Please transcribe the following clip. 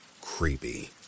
creepy